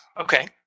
Okay